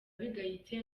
bigayitse